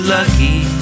lucky